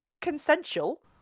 consensual